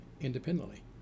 independently